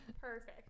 perfect